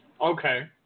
Okay